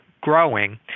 growing